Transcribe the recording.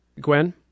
Gwen